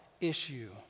issue